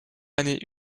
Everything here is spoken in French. année